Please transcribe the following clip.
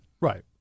Right